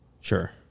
Sure